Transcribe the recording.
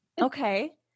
Okay